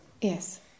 yes